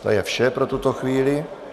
To je vše pro tuto chvíli.